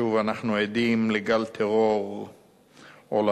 שוב אנחנו עדים לגל טרור עולמי.